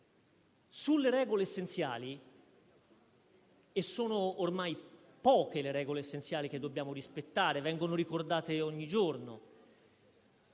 sulle regole essenziali - e sono ormai poche le regole essenziali che dobbiamo rispettare e vengono ricordate ogni giorno